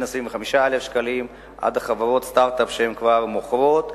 25,000 שקלים עד חברות סטארט-אפ שכבר מוכרות,